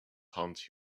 haunt